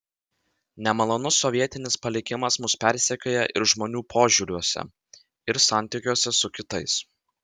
nemalonus sovietinis palikimas mus persekioja ir žmonių požiūriuose ir santykiuose su kitais